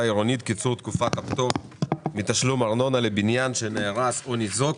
העיריות (קיצור תקופת הפטור מתשלום ארנונה לבניין שנהרס או ניזוק),